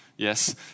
Yes